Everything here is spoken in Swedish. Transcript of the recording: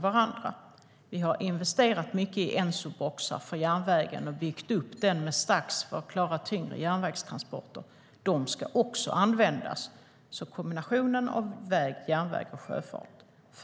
Vi har investerat mycket i Ensoboxar för järnvägen och byggt upp med STAX för att klara tyngre järnvägstransporter. Det ska också användas. Jag förordar alltså kombinationen väg, järnväg och sjöfart.